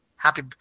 Happy